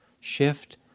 shift